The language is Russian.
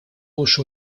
уши